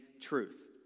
truth